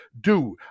dude